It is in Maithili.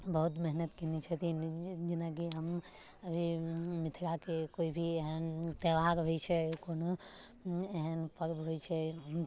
बहुत मेहनत केने छथिन जे जेनाकि हम अभी मिथिलाके कोइ भी एहन त्यौहार होइ छै कोनो एहन पर्व होइ छै